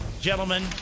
gentlemen